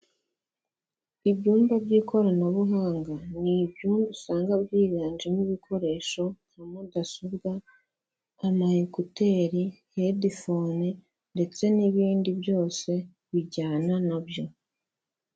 Ibyumba by'ikoranabuhanga, ni byo usanga byiganjemo ibikoresho, nka mudasobwa, ama ekuteri, hedifone, ndetse n'ibindi byose bijyana nabyo.